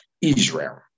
Israel